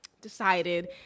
decided